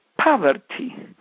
Poverty